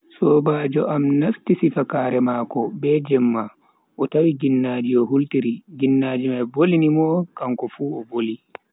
Sobaajo am nasti sifakaare mako be jemma o tawi ginnaji o hultiri, ginnaji mai volini mo kanko fu o voli.